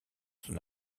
son